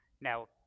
Now